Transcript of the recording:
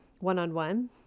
one-on-one